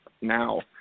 now